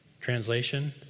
Translation